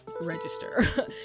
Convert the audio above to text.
register